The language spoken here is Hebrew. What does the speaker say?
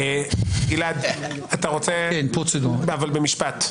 גלעד, אתה רוצה, במשפט.